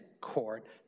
court